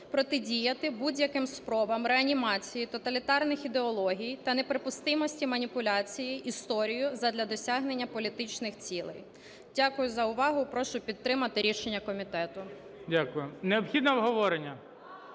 протидіяти будь-яким спробами реанімації тоталітарних ідеологій та неприпустимості маніпуляції історією задля досягнення політичних цілей. Дякую за увагу. Прошу підтримати рішення комітету.